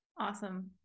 Awesome